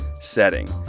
setting